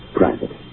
private